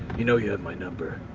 you know, you have my number.